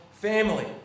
family